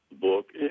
book